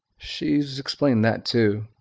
she's explained that too.